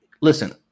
Listen